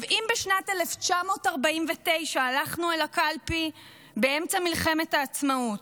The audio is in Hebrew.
אם בשנת 1949 הלכנו אל הקלפי באמצע מלחמת העצמאות,